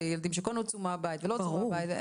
וילדים שכן הוצאו מהבית ולא הוצאו מהבית.